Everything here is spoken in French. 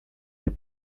les